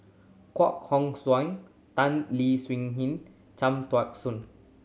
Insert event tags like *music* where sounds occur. Koh Hong *unintelligible* Tan Leo Wee Hin and Cham Tao Soon